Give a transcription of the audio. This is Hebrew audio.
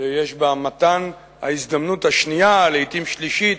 שיש בה מתן ההזדמנות השנייה, לעתים שלישית,